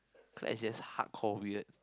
Claire's just hardcore weird